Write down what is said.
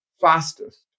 fastest